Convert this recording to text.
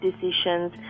decisions